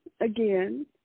again